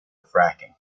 fracking